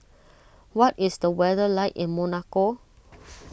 what is the weather like in Monaco